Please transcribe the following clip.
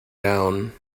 down